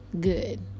Good